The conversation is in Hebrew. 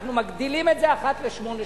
אנחנו מגדילים את זה לאחת לשמונה שנים.